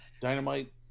dynamite